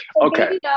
okay